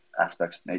aspects